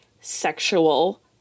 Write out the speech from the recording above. sexual